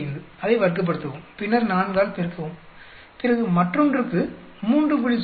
45 அதை வர்க்கப்படுத்தவும் பின்னர் 4 ஆல் பெருக்கவும் பிறகு மற்றொன்றுக்கு 3